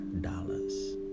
dollars